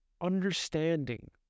understanding